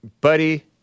buddy